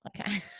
okay